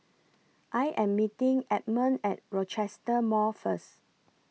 I Am meeting Edmond At Rochester Mall First